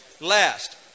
last